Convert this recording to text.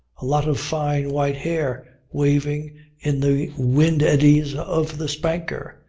a lot of fine white hair waving in the wind eddies of the spanker,